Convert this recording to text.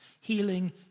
healing